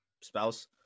spouse